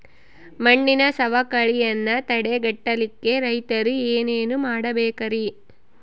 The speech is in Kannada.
ಮಣ್ಣಿನ ಸವಕಳಿಯನ್ನ ತಡೆಗಟ್ಟಲಿಕ್ಕೆ ರೈತರು ಏನೇನು ಮಾಡಬೇಕರಿ?